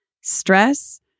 stress